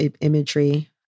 imagery